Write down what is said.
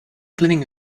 cleaning